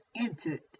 entered